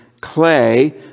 clay